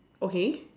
okay